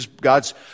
God's